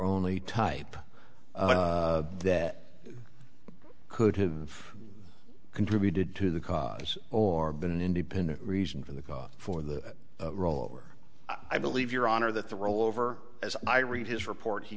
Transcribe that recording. only type that could have contributed to the cause or been an independent reason for the for the rollover i believe your honor that the rollover as i read his report he